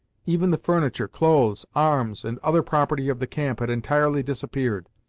even the furniture, clothes, arms, and other property of the camp had entirely disappeared,